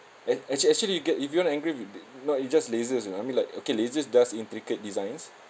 ac~ actually actually you get if you want to engrave with the no it's just lasers you know I mean like okay lasers does intricate designs